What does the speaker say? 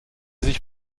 sich